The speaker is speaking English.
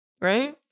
Right